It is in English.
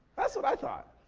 that's what i thought.